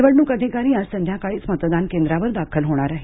निवडणूक अधिकारी आज संध्याकाळीच मतदान केंद्रांवर दाखल होणार आहेत